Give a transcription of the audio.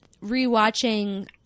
re-watching